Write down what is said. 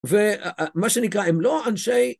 ומה שנקרא, הם לא אנשי...